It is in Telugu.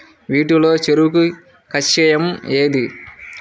వీటిలో చెరకు కషాయం ఏది?